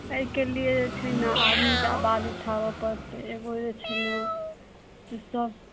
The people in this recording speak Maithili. एहिके लिए जे छै ने आदमीके आवाज उठाबऽ पड़तै एगो जे छै ने से सब